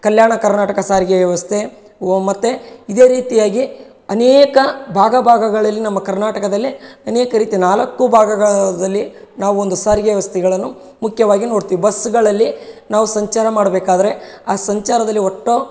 ಕಲ್ಯಾಣ ಕರ್ನಾಟಕ ಸಾರಿಗೆ ವ್ಯವಸ್ಥೆ ಒ ಮತ್ತು ಇದೇ ರೀತಿಯಾಗಿ ಅನೇಕ ಭಾಗ ಭಾಗಗಳಲ್ಲಿ ನಮ್ಮ ಕರ್ನಾಟಕದಲ್ಲಿ ಅನೇಕ ರೀತಿ ನಾಲ್ಕು ಭಾಗಗಳದಲ್ಲಿ ನಾವು ಒಂದು ಸಾರಿಗೆ ವ್ಯವಸ್ಥೆಗಳನ್ನು ಮುಖ್ಯವಾಗಿ ನೋಡ್ತಿವಿ ಬಸ್ಗಳಲ್ಲಿ ನಾವು ಸಂಚಾರ ಮಾಡಬೇಕಾದ್ರೆ ಆ ಸಂಚಾರದಲ್ಲಿ ಒಟ್ಟು